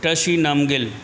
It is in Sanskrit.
टशि नाम्गिल्